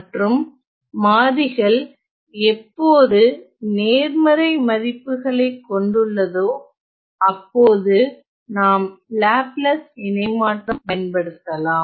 மற்றும் மாறிகள் எப்போது நேர்மறை மதிப்புகளை கொண்டுள்ளதோ அப்போது நாம் லாப்லாஸ் இணைமாற்றம் பயன்படுத்தலாம்